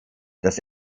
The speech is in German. das